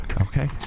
Okay